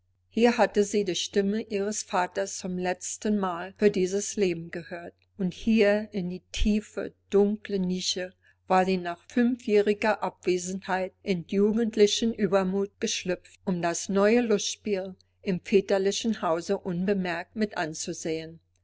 hier hatte sie die stimme ihres vaters zum letztenmal für dieses leben gehört und hier in die tiefe dunkle nische war sie nach fünfjähriger abwesenheit in jugendlichem uebermut geschlüpft um das neue lustspiel im väterlichen hause unbemerkt mit anzusehen